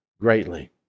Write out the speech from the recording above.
greatly